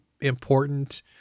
important